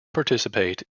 participate